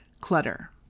clutter